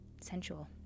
sensual